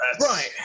Right